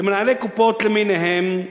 ומנהלי קופות למיניהם,